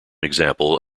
example